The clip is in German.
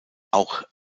auch